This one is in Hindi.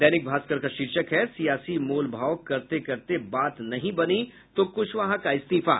दैनिक भास्कर का शीर्षक है सियासी मोल भाव करते करते बात नहीं बनी तो कुशवाहा का इस्तीफा